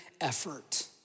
effort